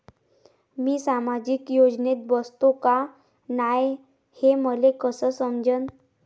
मी सामाजिक योजनेत बसतो का नाय, हे मले कस समजन?